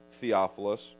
Theophilus